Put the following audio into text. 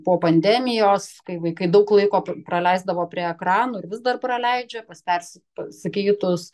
po pandemijos kai vaikai daug laiko praleisdavo prie ekranų ir vis dar praleidžia pas persi pasikeitus